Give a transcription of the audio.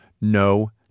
no